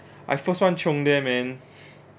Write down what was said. I first one qing de man